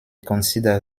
consider